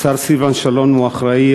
השר סילבן שלום אחראי